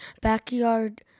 Backyard